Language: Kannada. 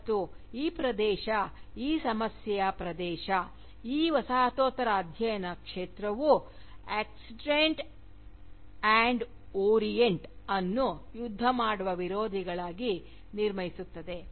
ಮತ್ತು ಈ ಪ್ರದೇಶ ಈ ಸಮಸ್ಯೆಯ ಪ್ರದೇಶ ಈ ವಸಾಹತೋತ್ತರ ಅಧ್ಯಯನ ಕ್ಷೇತ್ರವು ಆಕ್ಸಿಡೆಂಟ್ ಮತ್ತು ಓರಿಯಂಟ್ ಅನ್ನು ಯುದ್ಧಮಾಡುವ ವಿರೋಧಿಗಳಾಗಿ ನಿರ್ಮಿಸುತ್ತದೆ